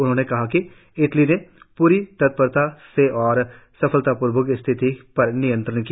उन्होंने कहा कि इटली ने प्री तत्परता से और सफलताप्र्वक स्थिति पर नियंत्रण किया